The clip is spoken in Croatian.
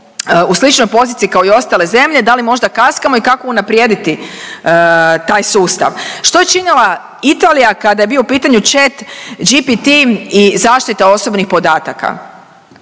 u sličnoj poziciji kao i ostale zemlje? Da li možda kaskamo i kako unaprijediti taj sustav. Što je činila Italija kada je bio u pitanju Chat GPT i zaštita osobnih podataka?